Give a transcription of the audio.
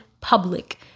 public